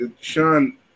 Sean